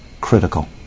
critical